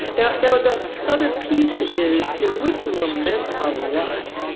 now, you know the other piece is, is we can lament ah lot,